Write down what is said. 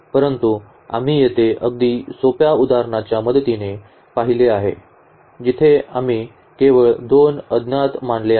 परंतु आम्ही येथे अगदी सोप्या उदाहरणांच्या मदतीने पाहिले आहे जिथे आम्ही केवळ दोन अज्ञात मानले आहेत